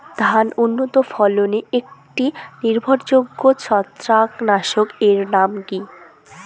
ধান উন্নত ফলনে একটি নির্ভরযোগ্য ছত্রাকনাশক এর নাম কি?